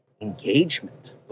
engagement